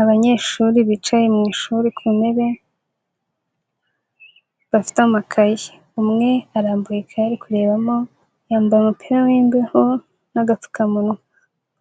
Abanyeshuri bicaye mu ishuri ku ntebe, bafite amakayi; umwe arambuye ikayi ari kurebamo yambaye umupira w'imbeho n'agapfukamunwa,